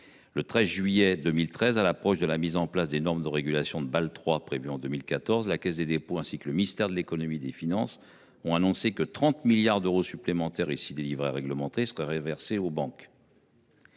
Le 19 juillet 2013, à l’approche de la mise en place des normes de régulation de Bâle III prévue en 2014, la Caisse des dépôts ainsi que le ministère de l’économie et des finances ont annoncé que 30 milliards d’euros supplémentaires issus des livrets réglementés seraient reversés aux banques.